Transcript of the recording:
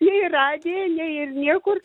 į radiją ir niekur